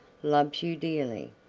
loves you dearly,